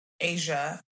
Asia